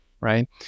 right